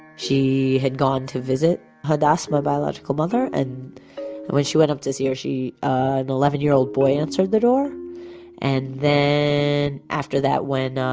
and she had gone to visit hadas, my biological mother, and when she went up to see her, she, an eleven-year-old eleven-year-old boy answered the door and then after that when